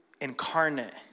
incarnate